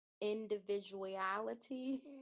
individuality